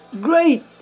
great